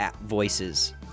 voices